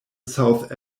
south